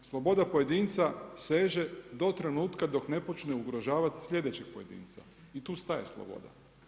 Sloboda pojedinca seže do trenutka dok ne počne ugrožavati sljedećeg pojedinca i tu staje sloboda.